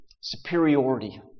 superiority